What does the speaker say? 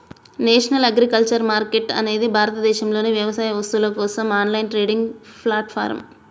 national agriculture market అనేది భారతదేశంలోని వ్యవసాయ వస్తువుల కోసం ఆన్లైన్ ట్రేడింగ్ ప్లాట్ఫారమ్